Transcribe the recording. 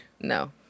No